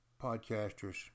Podcasters